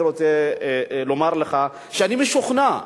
אני רוצה לומר לך שאני משוכנע,